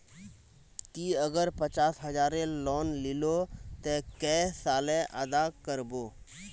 ती अगर पचास हजारेर लोन लिलो ते कै साले अदा कर बो?